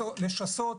לשסות